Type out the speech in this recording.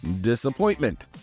disappointment